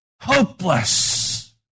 hopeless